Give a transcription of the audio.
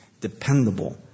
dependable